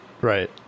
right